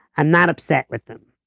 i'm not upset with them.